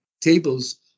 tables